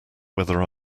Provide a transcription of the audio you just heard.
whether